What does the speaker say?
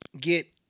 Get